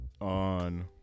on